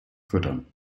füttern